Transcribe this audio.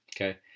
Okay